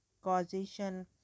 causation